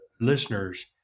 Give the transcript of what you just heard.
listeners